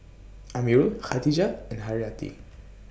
Amirul Khatijah and Haryati